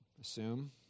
assume